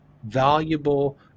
valuable